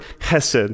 hesed